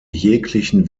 jeglichen